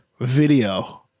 video